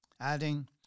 adding